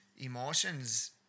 emotions